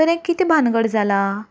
तर हीं कितें भानगड जाला